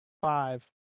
Five